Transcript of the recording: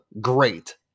Great